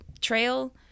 trail